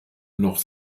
noch